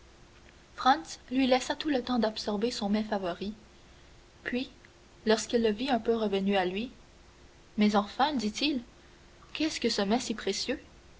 lui laissa tout le temps d'absorber son mets favori puis lorsqu'il le vit un peu revenu à lui mais enfin dit-il qu'est-ce que ce mets si précieux